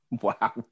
Wow